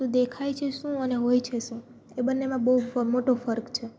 તો દેખાય છે શું અને હોય છે શું એ બંનેમાં બહુ મોટો ફર્ક છે